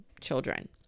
children